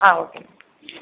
ah okay ma'am